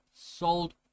sold